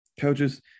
coaches